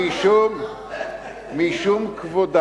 משום כבודה